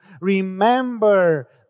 remember